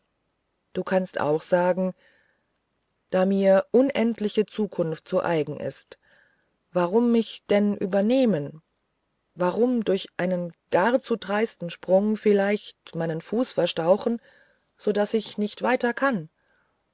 du kannst auch sagen da mir unendliche zukunft zu eigen ist warum mich denn übernehmen warum durch einen gar zu dreisten sprung vielleicht meinen fuß verstauchen so daß ich nicht weiter kann